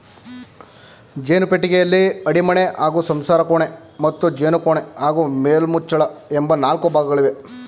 ಜೇನು ಪೆಟ್ಟಿಗೆಯಲ್ಲಿ ಅಡಿಮಣೆ ಹಾಗೂ ಸಂಸಾರಕೋಣೆ ಮತ್ತು ಜೇನುಕೋಣೆ ಹಾಗೂ ಮೇಲ್ಮುಚ್ಚಳ ಎಂಬ ನಾಲ್ಕು ಭಾಗಗಳಿವೆ